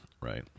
right